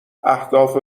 اهداف